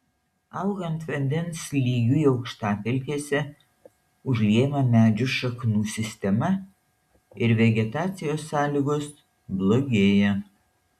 augant vandens lygiui aukštapelkėse užliejama medžių šaknų sistema ir vegetacijos sąlygos blogėja